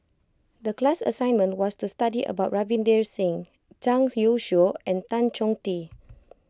the class assignment was to study about Ravinder Singh Zhang Youshuo and Tan Chong Tee